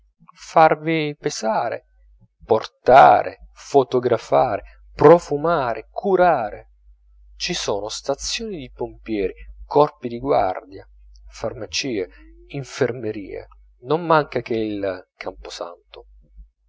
farvi pesare portare fotografare profumare curare ci sono stazioni di pompieri corpi di guardia farmacie infermerie non manca che il camposanto